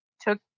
took